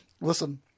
Listen